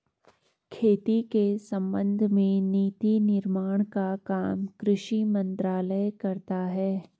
खेती के संबंध में नीति निर्माण का काम कृषि मंत्रालय करता है